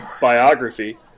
biography